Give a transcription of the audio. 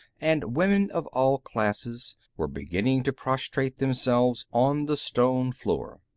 and women of all classes were beginning to prostrate themselves on the stone floor.